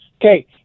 Okay